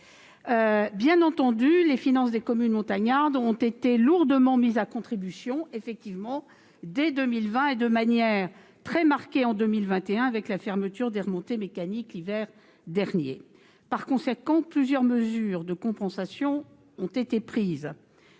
effectivement, les finances des communes montagnardes ont été lourdement mises à contribution, dès 2020, et de manière très marquée en 2021, avec la fermeture des remontées mécaniques l'hiver dernier. Par conséquent, plusieurs mesures de compensation ont été prises.